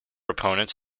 opponents